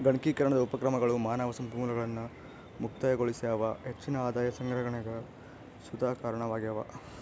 ಗಣಕೀಕರಣದ ಉಪಕ್ರಮಗಳು ಮಾನವ ಸಂಪನ್ಮೂಲಗಳನ್ನು ಮುಕ್ತಗೊಳಿಸ್ಯಾವ ಹೆಚ್ಚಿನ ಆದಾಯ ಸಂಗ್ರಹಣೆಗ್ ಸುತ ಕಾರಣವಾಗ್ಯವ